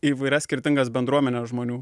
įvairias skirtingas bendruomenes žmonių